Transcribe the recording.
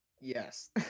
Yes